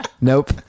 nope